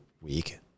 week